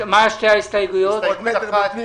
דחפנו